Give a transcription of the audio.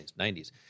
90s